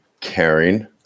caring